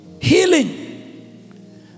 Healing